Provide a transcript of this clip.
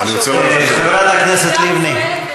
חברת הכנסת לבני,